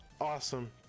Awesome